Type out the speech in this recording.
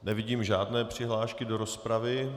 Nevidím žádné přihlášky do rozpravy.